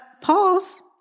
pause